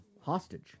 hostage